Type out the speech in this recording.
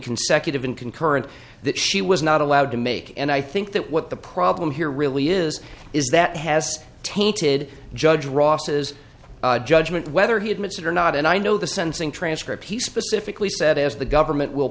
consecutive and concurrent that she was not allowed to make and i think that what the problem here really is is that has tainted judge ross's judgment whether he admits it or not and i know the sensing transcript he specifically said as the government will